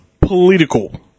Political